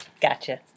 Gotcha